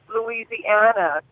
Louisiana